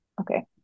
Okay